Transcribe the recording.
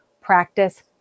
practice